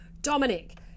Dominic